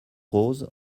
rose